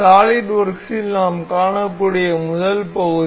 சாலிட்வொர்க்ஸில் நாம் காணக்கூடிய முதல் பகுதி